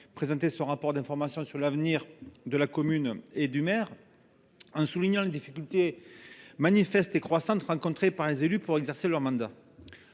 présenté son rapport d’information sur l’avenir de la commune et du maire, en soulignant les difficultés manifestes et croissantes rencontrées par les élus pour exercer leur mandat.